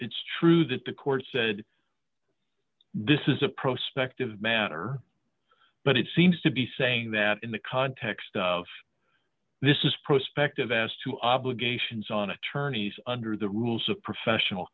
it's true that the court said this is a prospect of matter but it seems to be saying that in the context of this is prospective as to obligations on attorneys under the rules of professional